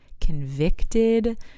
convicted